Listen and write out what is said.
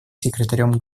секретарем